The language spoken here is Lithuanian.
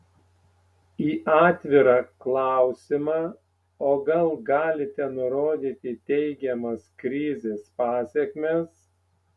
į atvirą klausimą o gal galite nurodyti teigiamas krizės pasekmes